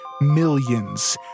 millions